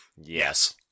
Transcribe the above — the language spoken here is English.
Yes